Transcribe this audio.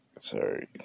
Sorry